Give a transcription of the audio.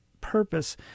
purpose